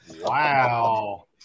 Wow